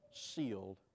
Sealed